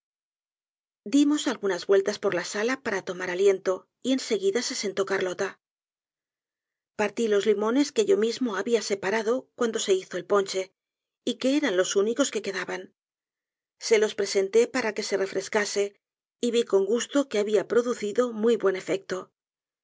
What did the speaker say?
dimos algunas vueltas por la sala para tomar alientov y en seguida se sentó carlota partí los limones que yo mismo había separado cuando se hizo el ponche y que eran los únicos que quedaban se los presenté para que se refrescase y vi con gusto que habian producido muy buen efecto